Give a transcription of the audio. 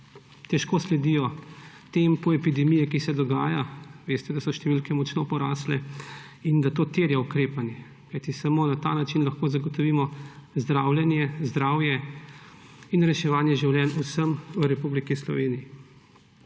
težko sledijo tempu epidemije, ki se dogaja. Veste, da so številke močno porasle in da to terja ukrepanje, kajti samo na ta način lahko zagotovimo zdravje in reševanje življenj vsem v Republiki Sloveniji.